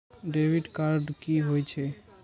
Debit card की होय छेय?